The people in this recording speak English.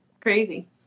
crazy